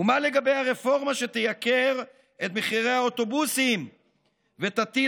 ומה לגבי הרפורמה שתייקר את מחירי האוטובוסים ותטיל